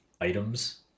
items